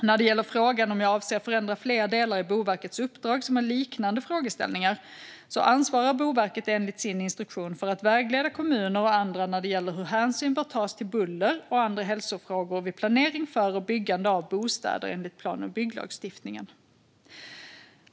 När det gäller frågan om jag avser att förändra fler delar i Boverkets uppdrag som har liknande frågeställningar ansvarar Boverket enligt sin instruktion för att vägleda kommuner och andra när det gäller hur hänsyn bör tas till buller och andra hälsofrågor vid planering för, och byggande av, bostäder enligt plan och bygglagstiftningen.